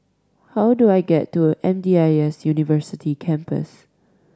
how do I get to M D I S University Campus